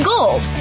Gold